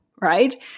right